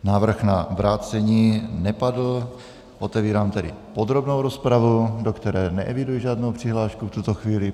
Návrh na vrácení nepadl, otevírám tedy podrobnou rozpravu, do které neeviduji žádnou přihlášku v tuto chvíli.